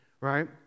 right